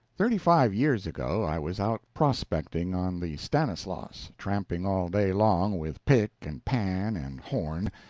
thirty-five years ago i was out prospecting on the stanislaus, tramping all day long with pick and pan and horn,